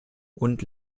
und